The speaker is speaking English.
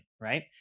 Right